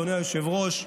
אדוני היושב-ראש,